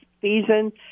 season